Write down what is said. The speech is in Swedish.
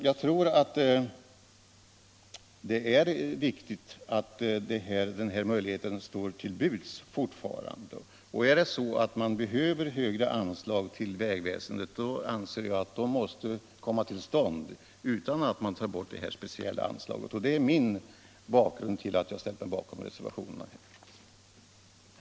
Jag tror alltså att det är viktigt att de här möjligheterna står till buds även i fortsättningen. Är det så att man behöver högre anslag till vägväsendet, måste detta enligt min mening komma till stånd utan att detta speciella anslag tas bort. Det är anledningen till att jag ställt mig bakom reservationerna på denna punkt.